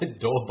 door